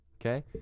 okay